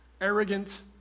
arrogant